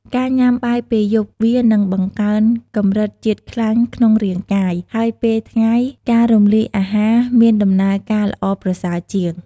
ការញុំាបាយពេលយប់វានឹងបង្កើនកម្រិតជាតិខ្លាញ់ក្នុងរាងកាយ ហើយពេលថ្ងៃការរំលាយអាហារមានដំណើរការល្អប្រសើរជាង។